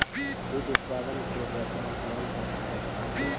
दुग्ध उत्पादन के व्यापार साल भर चलऽ हई